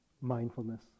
mindfulness